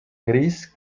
gris